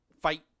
fight